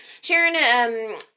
Sharon